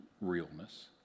realness